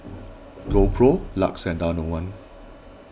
GoPro Lux and Danone